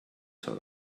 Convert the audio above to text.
sort